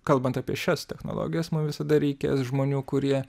kalbant apie šias technologijas mum visada reikės žmonių kurie